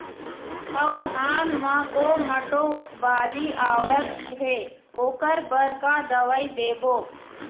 अऊ धान म कोमटो बाली आवत हे ओकर बर का दवई देबो?